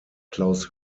claus